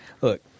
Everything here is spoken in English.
Look